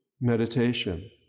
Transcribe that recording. meditation